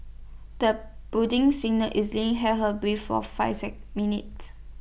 the budding singer easily held her breath for five minutes